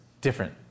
different